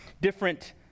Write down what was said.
different